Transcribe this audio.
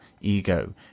Ego